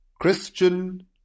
Christian